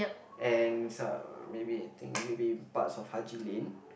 and maybe I think maybe parts of Haji-Lane